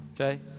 okay